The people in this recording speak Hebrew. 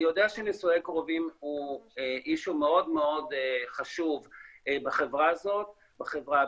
אני יודע שנישואי קרובים זה אישיו מאוד מאוד חשוב בחברה הבדואית,